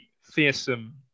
fearsome